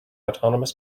autonomous